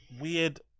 weird